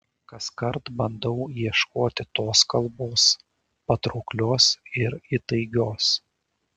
kaskart bandau ieškoti tos kalbos patrauklios ir įtaigios